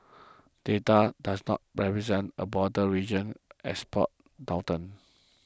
data does not represent a broader regional export downturn